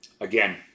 Again